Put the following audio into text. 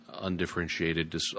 undifferentiated